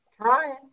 Trying